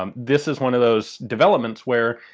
um this is one of those developments where.